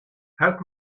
help